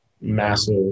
massive